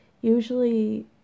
usually